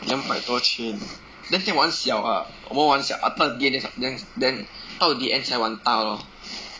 两百多圈那天玩小 ah 我们玩小 after the end then then then 到 the end 才玩大 lor